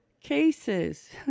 cases